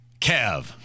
Kev